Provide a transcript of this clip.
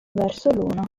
l’uno